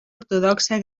ortodoxa